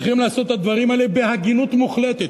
צריכים לעשות את הדברים האלה בהגינות מוחלטת.